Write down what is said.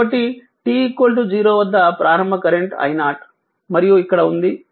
కాబట్టి t 0 వద్ద ప్రారంభ కరెంట్ I0 మరియు ఇక్కడ ఇది ఉంది